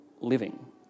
Living